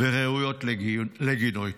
וראויות לגינוי.